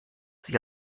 sie